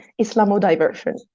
Islamo-diversion